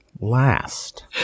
last